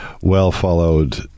well-followed